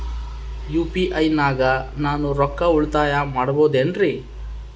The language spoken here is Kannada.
ಯು.ಪಿ.ಐ ನಾಗ ನಾನು ರೊಕ್ಕ ಉಳಿತಾಯ ಮಾಡಬಹುದೇನ್ರಿ?